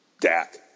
Dak